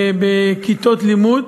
בכיתות לימוד.